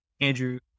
Andrew